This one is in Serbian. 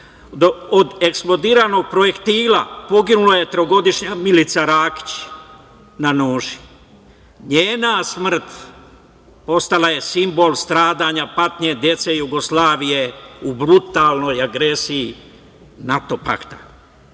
od eksplodiranog projektila poginula je trogodišnja Milica Rakić na noši. Njena smrt postala je simbol stradanja, patnje dece Jugoslavije u brutalnoj agresiji NATO-pakta. Naše